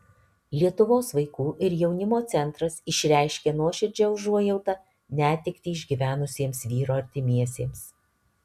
lietuvos vaikų ir jaunimo centras išreiškė nuoširdžią užuojautą netektį išgyvenusiems vyro artimiesiems